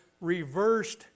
reversed